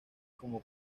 como